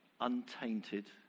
untainted